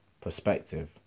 perspective